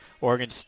Oregon